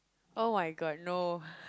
oh-my-god no